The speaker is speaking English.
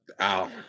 Ow